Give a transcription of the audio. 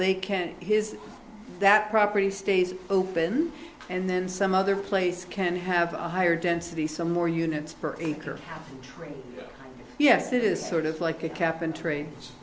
they can't his that property stays open and then some other place can have a higher density some more units per acre tree yes it is sort of like a cap and tra